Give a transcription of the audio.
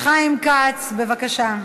חיים כץ, בבקשה.